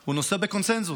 היא נושא בקונסנזוס,